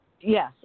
Yes